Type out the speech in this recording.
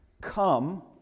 Come